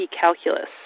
Calculus